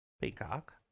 Peacock